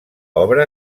obra